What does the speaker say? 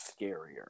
scarier